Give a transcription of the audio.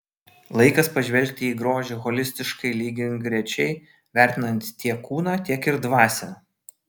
laikas pažvelgti į grožį holistiškai lygiagrečiai vertinant tiek kūną tiek ir dvasią